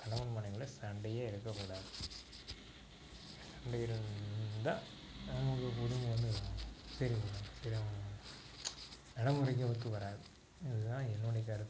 கணவன் மனைவிக்குள்ளே சண்டையே இருக்கக் கூடாது சண்டை இருந்தால் நம்ம குடும்பம் வந்து பிரிஞ்சிடும் நடைமுறைக்கு ஒத்து வராது இது தான் என்னுடைய கருத்து